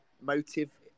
motive